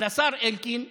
אבל השר אלקין,